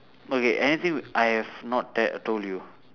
okay anything I have not tell told you